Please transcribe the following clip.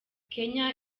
kenya